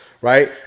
right